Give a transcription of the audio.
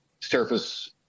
surface